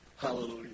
hallelujah